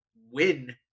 win